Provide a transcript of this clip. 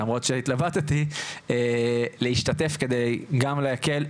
למרות שהתלבטתי להשתתף כדי גם להקל,